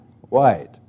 white